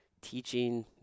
teaching